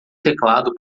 teclado